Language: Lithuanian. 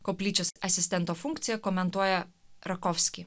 koplyčios asistento funkciją komentuoja rakovski